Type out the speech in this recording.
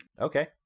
Okay